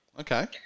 Okay